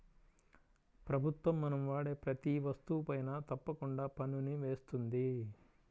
ప్రభుత్వం మనం వాడే ప్రతీ వస్తువుపైనా తప్పకుండా పన్నుని వేస్తుంది